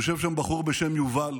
יושב שם בחור בשם יובל,